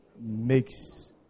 makes